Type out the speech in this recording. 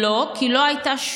לא, לא נתנו.